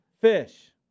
Fish